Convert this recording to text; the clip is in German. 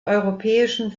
europäischen